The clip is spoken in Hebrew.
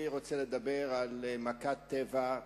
אני רוצה לדבר על מכת טבע,